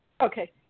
Okay